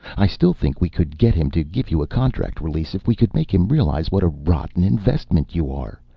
i still think we could get him to give you a contract release if we could make him realize what a rotten investment you are.